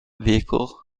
vehicle